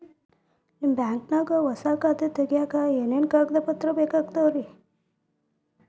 ನಿಮ್ಮ ಬ್ಯಾಂಕ್ ನ್ಯಾಗ್ ಹೊಸಾ ಖಾತೆ ತಗ್ಯಾಕ್ ಏನೇನು ಕಾಗದ ಪತ್ರ ಬೇಕಾಗ್ತಾವ್ರಿ?